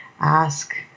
ask